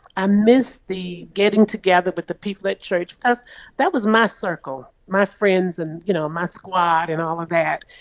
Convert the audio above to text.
i miss the getting together with the people at church because that was my circle my friends and, you know, my squad and all of that.